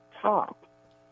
top